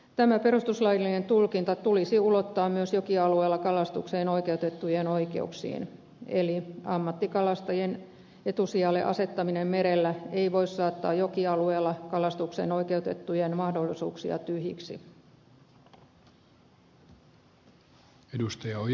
tämä perustuslaillinen tulkinta tulisi ulottaa myös jokialueella kalastukseen oikeutettujen oikeuksiin eli ammattikalastajien etusijalle asettaminen merellä ei voi saattaa jokialueella kalastukseen oikeutettujen mahdollisuuksia tyhjiksi